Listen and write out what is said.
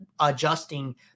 adjusting